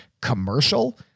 commercial